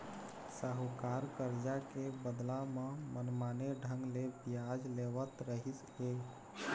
साहूकार करजा के बदला म मनमाने ढंग ले बियाज लेवत रहिस हे